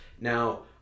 now